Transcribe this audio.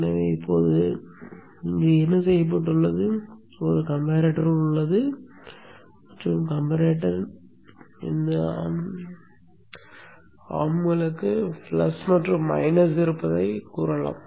எனவே இப்போது என்ன செய்யப்பட்டுள்ளது கம்பரேட்டர் உள்ளது மற்றும் கம்பரேட்டர் கரங்களுக்கு பிளஸ் மற்றும் மைனஸ் இருப்பதாகச் சொல்லலாம்